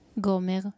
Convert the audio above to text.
Gomer